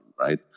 right